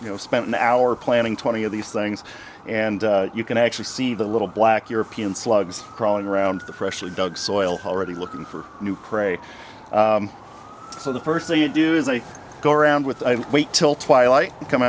you know spent an hour planning twenty of these things and you can actually see the little black european slugs crawling around the freshly dug soil already looking for new prey so the first day you do is they go around with wait till twilight